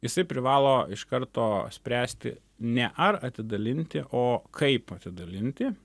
jisai privalo iš karto spręsti ne ar atidalinti o kaip atidalinti